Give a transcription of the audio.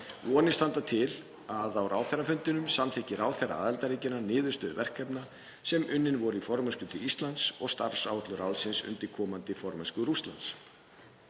Vonir standa til að á ráðherrafundinum samþykki ráðherra aðildarríkjanna niðurstöðu verkefna sem unnin voru í formennskutíð Íslands og starfsáætlun ráðsins undir komandi formennsku Rússlands.